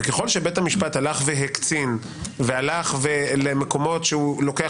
ככל שבית המשפט הלך והקצין והלך למקומות שהוא לוקח